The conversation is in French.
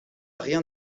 rien